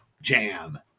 jam